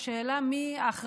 והשאלה היא של מי האחריות.